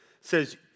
says